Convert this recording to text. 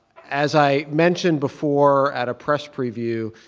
as i mentioned before, at a press preview,